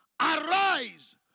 Arise